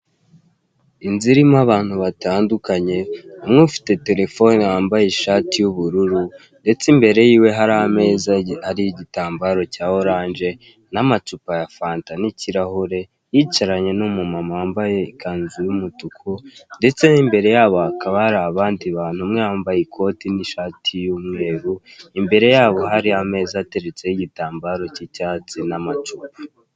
Inzu irimo abantu batandukanye, umwe ufite telefone wambaye ishati y'ubururu, ndetse imbere yiwe hari ameza ariho igitambaro cya oranje, n'amacupa ya fanta n'ikirahure, yicaranye n'umumama wambaye ikanzu y'umutuku, ndetse n'imbere yabo hakaba hari abandi bantu umwe yambaye ikoti n'ishati y'umweru, imbere ya bo hari ameza ateretseho igitambaro cy'icyatsi n'amacupa.